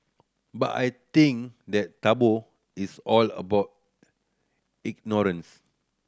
but I think that taboo is all about ignorance